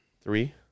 Three